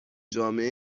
جامعه